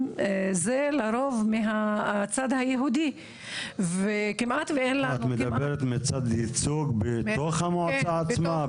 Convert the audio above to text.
הוא לרוב מהצד היהודי --- את מדברת מצד לייצוג בתוך המועצה עצמה?